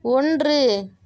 ஒன்று